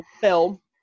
film